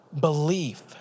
Belief